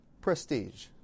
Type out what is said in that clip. Prestige